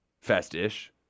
fast-ish